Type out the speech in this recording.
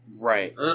Right